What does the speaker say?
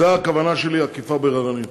זאת הכוונה שלי באכיפה בררנית.